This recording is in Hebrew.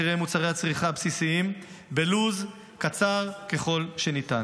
מוצרי הצריכה הבסיסיים בלו"ז קצר ככל שניתן.